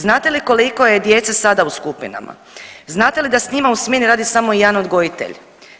Znate li koliko je djece sada u skupinama, znate li da s njima u smjeni radi samo jedan odgojitelj?